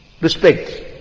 Respect